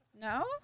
No